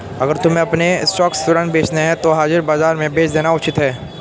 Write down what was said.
अगर तुम्हें अपने स्टॉक्स तुरंत बेचने हैं तो हाजिर बाजार में बेच देना उचित है